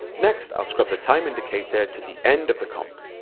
next, i'll scrub the time indicator to the end of the comp.